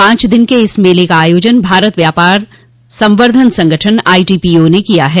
पांच दिन के इस मेले का आयोजन भारत व्यापार संवर्द्धन संगठन आईटीपीओ ने किया है